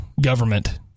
government